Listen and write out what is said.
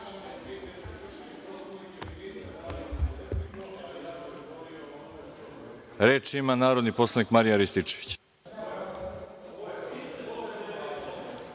ima narodni poslanik Marijan Rističević.